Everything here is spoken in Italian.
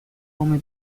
come